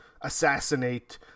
assassinate